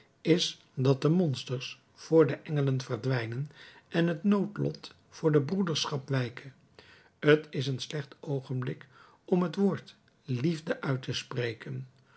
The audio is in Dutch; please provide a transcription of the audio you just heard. is dat de monsters voor de engelen verdwijnen en het noodlot voor de broederschap wijke t is een slecht oogenblik om het woord liefde uit te spreken